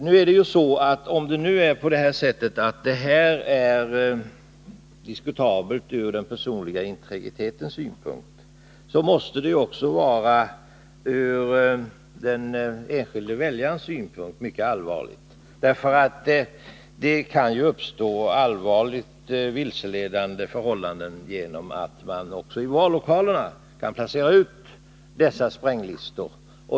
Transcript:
Om detta system är diskutabelt med hänsyn till den personliga integriteten, måste det också vara mycket allvarligt sett ur den enskilde väljarens synpunkt, därför att det kan uppstå allvarligt vilseledande förhållanden, därigenom att man i vallokalerna kan placera ut dessa spränglistor.